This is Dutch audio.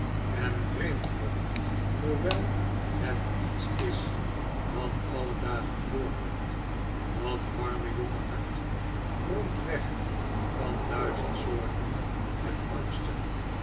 en vreemder nog hoewel het iets is dat alle dagen voorkomt dat warme jonge hart kromp weg van duizend zorgen en angsten